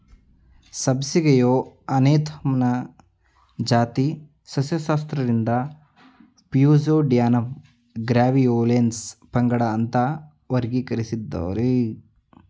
ಸಬ್ಬಸಿಗೆಯು ಅನೇಥಮ್ನ ಜಾತಿ ಸಸ್ಯಶಾಸ್ತ್ರಜ್ಞರಿಂದ ಪ್ಯೂಸೇಡ್ಯಾನಮ್ ಗ್ರ್ಯಾವಿಯೋಲೆನ್ಸ್ ಪಂಗಡ ಅಂತ ವರ್ಗೀಕರಿಸಿದ್ದಾರೆ